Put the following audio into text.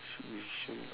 should be shawn